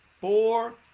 Four